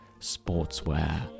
sportswear